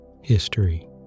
History